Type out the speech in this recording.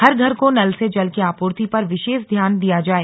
हर घर को नल से जल की आपूर्ति पर विशेष ध्यान दिया जाए